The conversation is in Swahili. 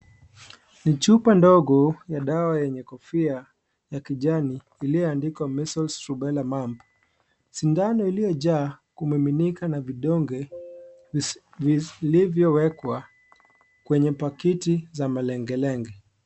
Ni chupa ndogo ya dawa yenye kofia ya kijani iliyoandikwa cs(measles sugar) na mumps . Sindano iliyojaa kuminimika na vidonge vilivyowekwa kwenye pakiti za malengelenge.